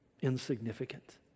insignificant